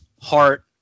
Heart